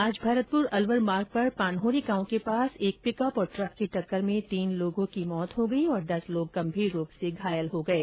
आज भरतपुर अलवर मार्ग पर पान्हौरी गांव के पास एक पिकअप और ट्रक की टक्कर में तीन लोगों की मृत्यु हो गई और दस लोग गंभीर रूप से घायल हो गये